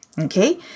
okay